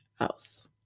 else